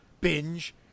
binge